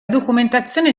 documentazione